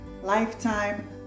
Lifetime